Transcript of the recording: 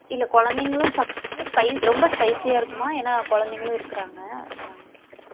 இல்லை குழந்தைங்களும் சாப்பிடணும் ஸ்பை ரொம்ப ஸ்பைஸியாக இருக்குமா ஏன்னா குழந்தைங்களும் இருக்குறாங்க அதனால் தான் கேட்கறேன்